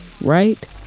right